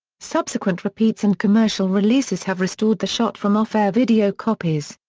subsequent repeats and commercial releases have restored the shot from off-air video copies.